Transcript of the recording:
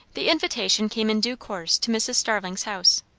the invitation came in due course to mrs. starling's house.